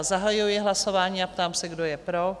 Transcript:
Zahajuji hlasování a ptám se, kdo je pro?